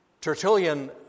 Tertullian